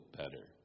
better